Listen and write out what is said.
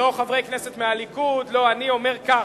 לא חברי כנסת מהליכוד, לא אני, אומר כך: